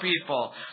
people